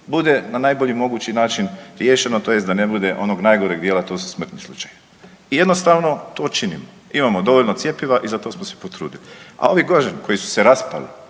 bude na najbolji mogući način riješeno, tj. da ne bude onog najgoreg dijela to su smrtni slučajevi. Jednostavno to činimo. Imamo dovoljno cjepiva i za to smo se potrudili. A ovi kažem koji su se raspali